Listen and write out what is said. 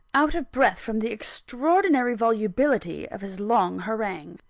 out of breath from the extraordinary volubility of his long harangue.